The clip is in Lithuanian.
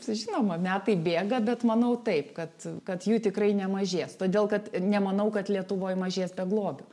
žinoma metai bėga bet manau taip kad kad jų tikrai nemažės todėl kad nemanau kad lietuvoj mažės beglobių